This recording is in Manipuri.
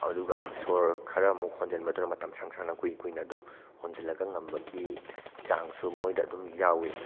ꯑꯗꯨꯒ ꯁꯣꯔ ꯈꯔ ꯑꯃꯨꯛ ꯍꯣꯟꯖꯤꯟꯕꯗꯨꯅ ꯃꯇꯝ ꯁꯥꯡ ꯁꯥꯡꯅ ꯀꯨꯏ ꯀꯨꯏꯅ ꯑꯗꯨꯝ ꯍꯣꯟꯖꯤꯜꯂꯒ ꯉꯝꯕꯒꯤ ꯆꯥꯡꯁꯨ ꯃꯣꯏꯗ ꯑꯗꯨꯝ ꯌꯥꯎꯏ